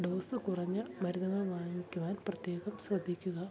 dose കുറഞ്ഞ മരുന്നുകൾ വാങ്ങിക്കുവാൻ പ്രത്യേകം ശ്രദ്ധിക്കുക